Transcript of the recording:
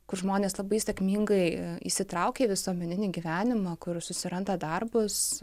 kur žmonės labai sėkmingai įsitraukia į visuomeninį gyvenimą kur susiranda darbus